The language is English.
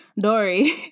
Dory